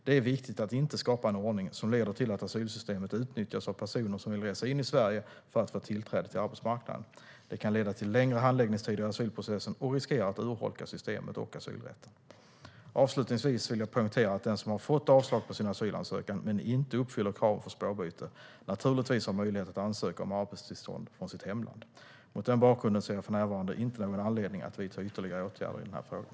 Det är viktigt att inte skapa en ordning som leder till att asylsystemet utnyttjas av personer som vill resa in i Sverige för att få tillträde till arbetsmarknaden. Det kan leda till längre handläggningstider i asylprocessen och riskerar att urholka systemet och asylrätten. Avslutningsvis vill jag poängtera att den som har fått avslag på sin asylansökan, men inte uppfyller kraven för spårbyte, naturligtvis har möjlighet att ansöka om arbetstillstånd från sitt hemland. Mot den bakgrunden ser jag för närvarande inte någon anledning att vidta ytterligare åtgärder i den här frågan.